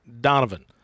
Donovan